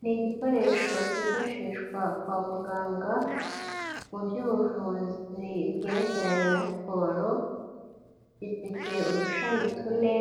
Ni igikoresho cyifashishwa kwa muganga, mu by'ubuvuzi bwerekeranye na siporo, ifite udushami tune